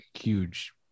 huge